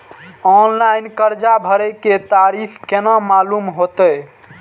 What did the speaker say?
Online कर्जा भरे के तारीख केना मालूम होते?